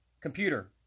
Computer